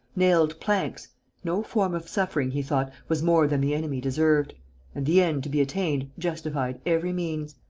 nailed planks no form of suffering, he thought, was more than the enemy deserved and the end to be attained justified every means.